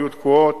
היו תקועות.